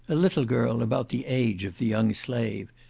a little girl about the age of the young slave,